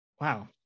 wow